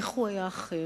איך הוא היה אחר,